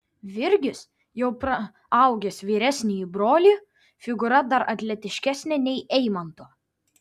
virgis jau praaugęs vyresnįjį brolį figūra dar atletiškesnė nei eimanto